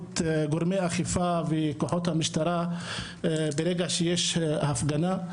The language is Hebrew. גורמי האכיפה וכוחות המשטרה ברגע שיש הפגנה.